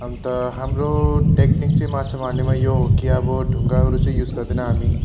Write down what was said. अन्त हाम्रो टेक्निक चाहिँ माछा मार्नेमा यो हो कि अब ढुङ्गाहरू चाहिँ युस गर्दैन हामी